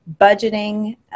budgeting